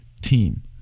team